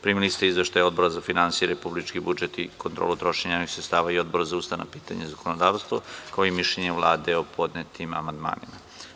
Primili ste Izveštaj Odbora za finansije, republički budžet i kontrolu trošenja javnih sredstava i Odbora za ustavna pitanja i zakonodavstvo, kao i mišljenje Vlade o podnetim amandmanima.